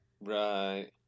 Right